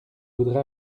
voudrais